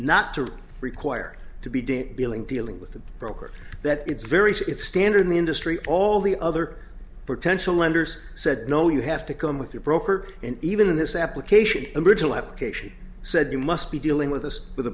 not to require to be date billing dealing with the broker that it's very secure standard in the industry all the other potential lenders said no you have to come with your broker and even in this application the original application said you must be dealing with us with a